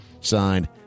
Signed